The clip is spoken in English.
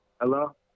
Hello